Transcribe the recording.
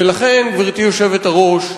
ולכן, גברתי היושבת-ראש,